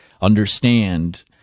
understand